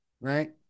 right